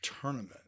tournament